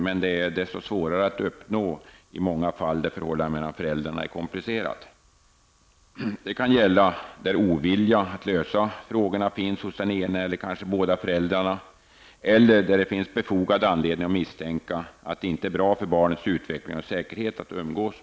Men det är desto svårare att uppnå detta i många fall där förhållandet mellan föräldrarna är komplicerat. Det kan gälla fall där en ovilja att lösa frågorna finns hos den ena föräldern, eller kanske hos båda föräldrarna, eller fall där det finns fog att misstänka att umgänge med den ena av föräldrarna inte är bra för barnets utveckling och säkerhet.